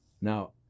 Now